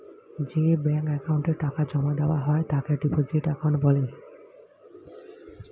যে ব্যাঙ্ক অ্যাকাউন্টে টাকা জমা দেওয়া হয় তাকে ডিপোজিট অ্যাকাউন্ট বলে